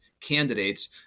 candidates